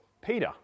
Peter